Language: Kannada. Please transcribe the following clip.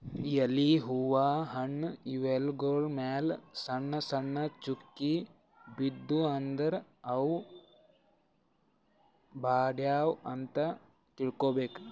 ಎಲಿ ಹೂವಾ ಹಣ್ಣ್ ಇವ್ಗೊಳ್ ಮ್ಯಾಲ್ ಸಣ್ಣ್ ಸಣ್ಣ್ ಚುಕ್ಕಿ ಬಿದ್ದೂ ಅಂದ್ರ ಅವ್ ಬಾಡ್ಯಾವ್ ಅಂತ್ ತಿಳ್ಕೊಬೇಕ್